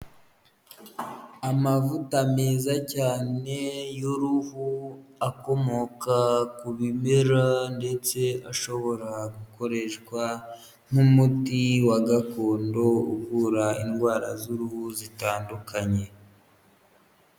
Amavuta meza cyane y'uruhu, akomoka ku bimera ndetse ashobora gukoreshwa nk'umuti wa gakondo uvura indwara z'uruhu zitandukanye.